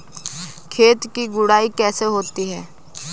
खेत की गुड़ाई कैसे होती हैं?